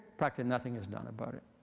practically nothing is done about it.